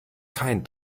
kein